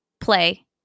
play